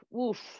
oof